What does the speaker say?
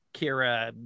Kira